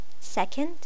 Second